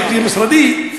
הייתי במשרדי,